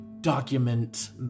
document